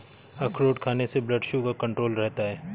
अखरोट खाने से ब्लड शुगर कण्ट्रोल रहता है